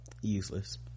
useless